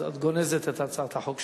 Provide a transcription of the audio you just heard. את גונזת את הצעת החוק שלך.